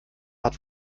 hat